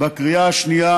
בקריאה השנייה